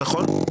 נכון.